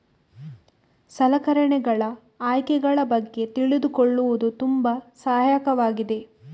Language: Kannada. ಸಲಕರಣೆಗಳ ಆಯ್ಕೆಗಳ ಬಗ್ಗೆ ತಿಳಿದುಕೊಳ್ಳುವುದು ತುಂಬಾ ಸಹಾಯಕವಾಗಿದೆ